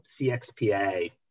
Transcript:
CXPA